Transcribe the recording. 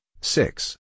six